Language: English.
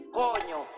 coño